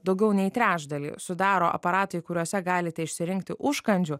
daugiau nei trečdalį sudaro aparatai kuriuose galite išsirinkti užkandžių